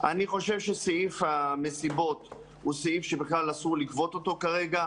אני חושב שסעיף המסיבות הוא סעיף שאסור לגבות אותו כרגע.